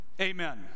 amen